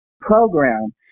program